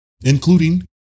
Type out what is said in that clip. including